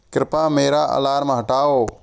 कृपया मेरा अलार्म हटाओ